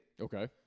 Okay